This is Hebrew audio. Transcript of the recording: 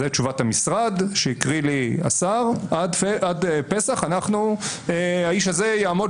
זה תשובת המשרד שהקריא לי השר האיש הזה יעמוד